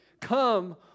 come